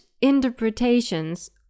interpretations